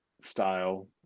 style